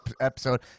episode